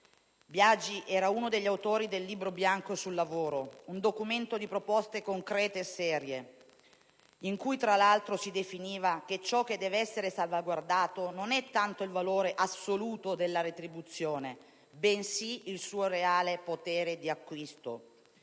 Biagi era uno degli autori del Libro bianco sul mercato del lavoro in Italia, un documento di proposte concrete e serie, in cui tra l'altro si definiva che ciò che deve essere salvaguardato non è tanto il valore assoluto della retribuzione, bensì il suo reale potere di acquisto.